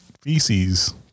Feces